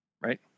Right